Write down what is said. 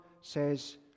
says